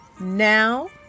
Now